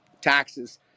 taxes